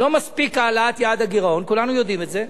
לא מספיקה העלאת יעד הגירעון, כולנו יודעים את זה.